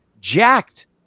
jacked